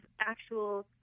actual